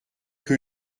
que